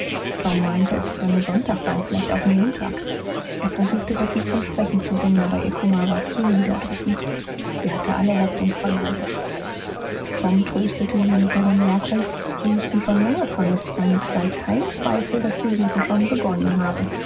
tom meinte es könne sonntag sein vielleicht auch montag er versuchte becky zum sprechen zu bringen aber ihr kummer war zu niederdrückend sie hatte alle hoffnung verloren tom tröstete sie mit der bemerkung sie müßten schon lange vermißt sein und es sei kein zweifel daß die suche schon begonnen habe